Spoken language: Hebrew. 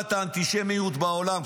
והגברת האנטישמיות בעולם.